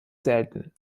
selten